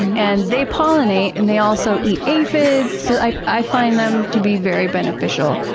and they pollinate, and they also eat aphids. so i i find them to be very beneficial.